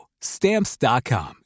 Stamps.com